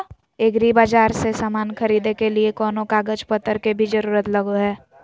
एग्रीबाजार से समान खरीदे के लिए कोनो कागज पतर के भी जरूरत लगो है?